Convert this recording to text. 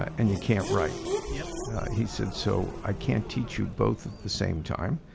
and you can't write. yeah he said, so i can't teach you both at the same time.